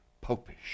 Popish